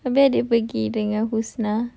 habis adik pergi dengan husna